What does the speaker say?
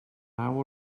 naw